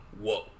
Whoa